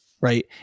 Right